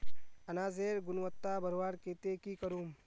अनाजेर गुणवत्ता बढ़वार केते की करूम?